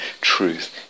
truth